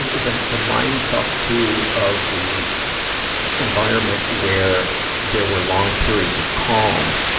the, the the mind fuck, too, of the environment where there were long periods of calm,